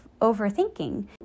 overthinking